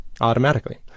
automatically